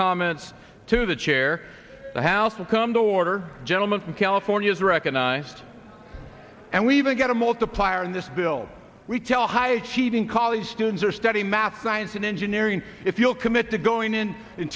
comments to the chair the house will come to order gentleman from california is recognized and we even get a multiplier in this bill we tell high achieving college students are studying math science and engineering if you will commit to going in and